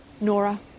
Nora